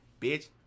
bitch